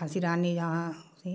हज़िरानी यहाँ से